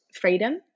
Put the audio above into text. freedom